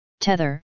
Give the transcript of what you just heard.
Tether